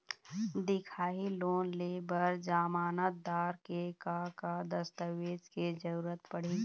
दिखाही लोन ले बर जमानतदार के का का दस्तावेज के जरूरत पड़ही?